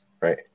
right